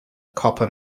copper